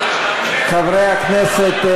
חברי הכנסת,